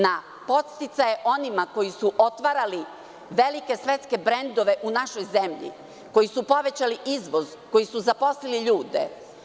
Na podsticaje onima koji su otvarali velike svetske brendove u našoj zemlji, koji su povećali izvoz, koji su zaposlili ljude.